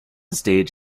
stage